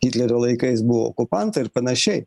hitlerio laikais buvo okupantai ir panašiai